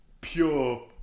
pure